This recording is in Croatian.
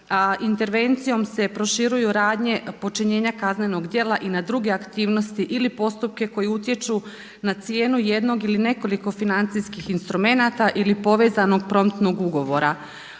intervencijom se proširuju radnje počinjenja kaznenog djela i na druge aktivnosti ili postupke koji utječu na cijenu jednog ili nekoliko financijskih instrumenata ili povezanog promptnog ugovora.